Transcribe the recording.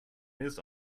this